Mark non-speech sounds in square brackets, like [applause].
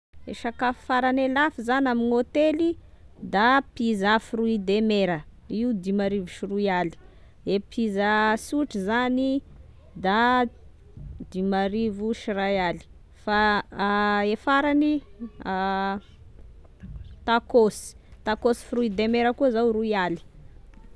E sakafo farane lafo zany ame gn'hôtely da pizza fruit de mera io dimy arivo sy roy aly, e pizza sotry zany da dimy arivo sy ray aly, fa [hesitation] a e farany ino [hesitation] tacos, tacos fruit de mera koa zao roy aly.